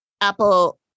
Apple